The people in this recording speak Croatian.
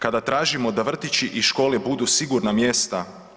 Kada tražimo da vrtići i škole budu sigurna mjesta?